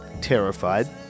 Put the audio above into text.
terrified